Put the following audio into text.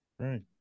right